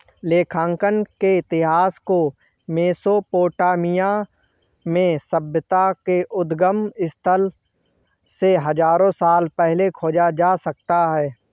लेखांकन के इतिहास को मेसोपोटामिया में सभ्यता के उद्गम स्थल से हजारों साल पहले खोजा जा सकता हैं